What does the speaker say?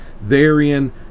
Therein